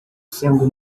sendo